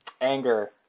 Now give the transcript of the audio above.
anger